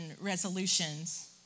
resolutions